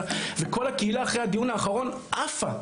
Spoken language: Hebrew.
וכל הקהילה אחרי הדיון האחרון עפה,